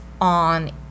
on